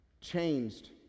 changed